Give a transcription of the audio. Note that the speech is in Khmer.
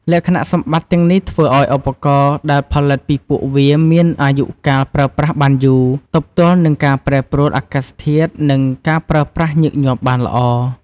លក្ខណៈសម្បត្តិទាំងនេះធ្វើឱ្យឧបករណ៍ដែលផលិតពីពួកវាមានអាយុកាលប្រើប្រាស់បានយូរ ទប់ទល់នឹងការប្រែប្រួលអាកាសធាតុ និងការប្រើប្រាស់ញឹកញាប់បានល្អ។